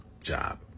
job